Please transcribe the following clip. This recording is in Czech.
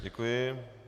Děkuji.